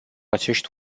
acești